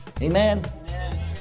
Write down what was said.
amen